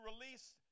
release